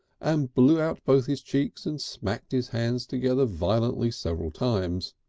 and blew out both his cheeks and smacked his hands together violently several times.